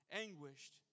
anguished